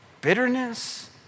bitterness